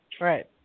Right